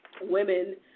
women